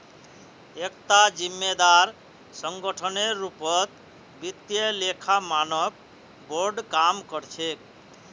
एकता जिम्मेदार संगठनेर रूपत वित्तीय लेखा मानक बोर्ड काम कर छेक